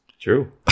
True